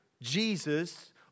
Jesus